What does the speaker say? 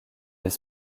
des